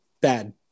bad